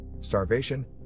starvation